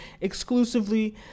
exclusively